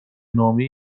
نامه